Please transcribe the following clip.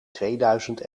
tweeduizend